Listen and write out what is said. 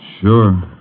Sure